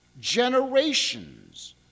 generations